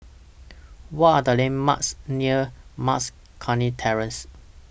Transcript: What Are The landmarks near Mas Kuning Terrace